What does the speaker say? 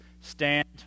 Stand